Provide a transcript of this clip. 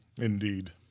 Indeed